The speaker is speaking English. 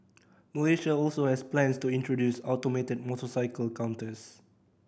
Malaysia also has plans to introduce automated motorcycle counters